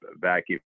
vacuum